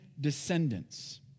descendants